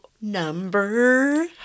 number